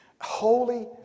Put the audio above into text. holy